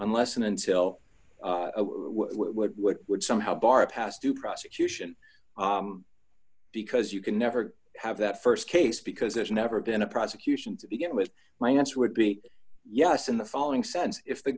unless and until what would somehow bar a pass to prosecution because you can never have that st case because there's never been a prosecution to begin with my answer would be yes in the following sense if the